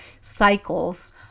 cycles